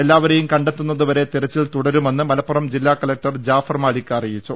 എല്ലാവരെയും കണ്ടെത്തുന്നത് വരെ തെരച്ചിൽ തുടരുമെന്ന് മല പ്പുറം ജില്ലാകലക്ടർ ജാഫർ മാലിക് അറിയിച്ചു